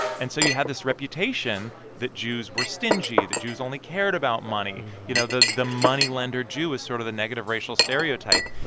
and so you had this reputation that jews were stingy, that jews only cared about money. you know, the the money-lender jew is sort of the negative racial stereotype.